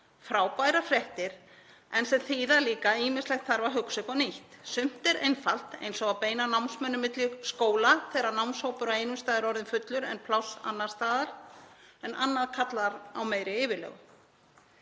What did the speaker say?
Frábærar fréttir, en þær þýða líka að ýmislegt þarf að hugsa upp á nýtt. Sumt er einfalt, eins og að beina námsmönnum á milli skóla þegar námshópur á einum stað er orðinn fullur en pláss er annars staðar, en annað kallar á meiri yfirlegu.